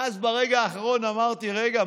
ואז ברגע האחרון אמרתי: מה